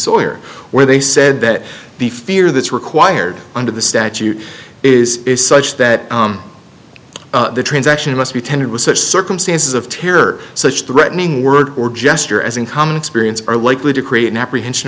sawyer where they said that the fear that's required under the statute is such that the transaction must be tended with such circumstances of terror such threatening word or gesture as in common experience are likely to create an apprehension